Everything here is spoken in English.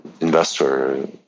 investor